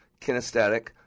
kinesthetic